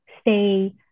stay